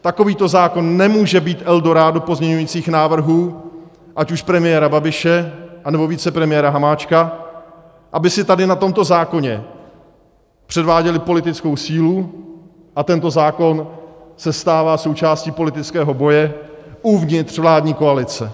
Takovýto zákon nemůže být eldorádo pozměňovacích návrhů ať už premiéra Babiše, anebo vicepremiéra Hamáčka, aby si tady na tomto zákoně předváděli politickou sílu, a tento zákon se stává součástí politického boje uvnitř vládní koalice.